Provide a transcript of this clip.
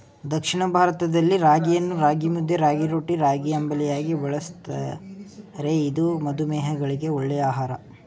ದಕ್ಷಿಣ ಭಾರತದಲ್ಲಿ ರಾಗಿಯನ್ನು ರಾಗಿಮುದ್ದೆ, ರಾಗಿರೊಟ್ಟಿ, ರಾಗಿಅಂಬಲಿಯಾಗಿ ಬಳ್ಸತ್ತರೆ ಇದು ಮಧುಮೇಹಿಗಳಿಗೆ ಒಳ್ಳೆ ಆಹಾರ